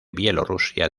bielorrusia